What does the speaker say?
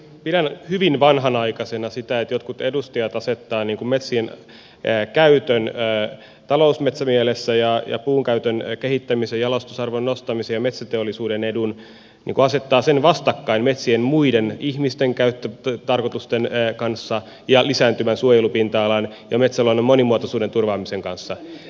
pidän hyvin vanhanaikaisena sitä että jotkut edustajat asettavat metsien käytön talousmetsämielessä ja puun käytön kehittämisen jalostusarvon nostamisen ja metsäteollisuuden edun vastakkain ihmisten muiden metsien käyttötarkoitusten kanssa ja lisääntyvän suojelupinta alan ja metsäluonnon monimuotoisuuden turvaamisen kanssa